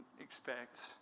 expect